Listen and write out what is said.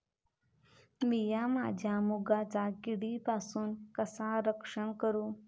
मीया माझ्या मुगाचा किडीपासून कसा रक्षण करू?